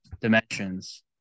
dimensions